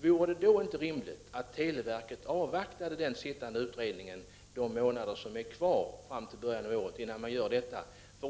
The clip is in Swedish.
Vore det då inte rimligt att televerket avvaktade den sittande utredningen de månader som återstår fram till början av nästa år, innan man går in med dessa åtgärder?